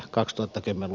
arvoisa puhemies